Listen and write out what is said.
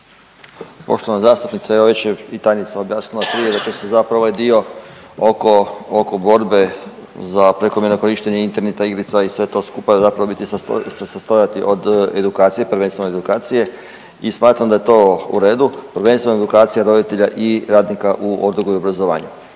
Poštovana zastupnice, evo već …/Govornik se ne razumije/…zapravo ovaj dio oko, oko borbe za prekomjerno korištenje interneta, igrica i sve to skupa zapravo u biti se sastojati od edukacije, prvenstveno edukacije i smatram da je to u redu, prvenstveno edukacija roditelja i radnika u odgoju i obrazovanju,